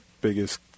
biggest –